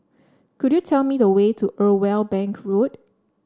could you tell me the way to Irwell Bank Road